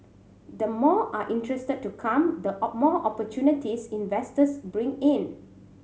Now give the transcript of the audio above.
the more are interested to come the more opportunities investors bring in